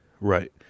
right